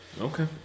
Okay